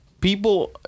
People